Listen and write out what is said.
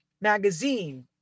Magazine